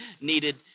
needed